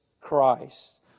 Christ